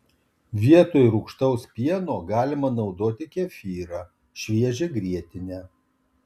vietoj rūgštaus pieno galima naudoti kefyrą šviežią grietinę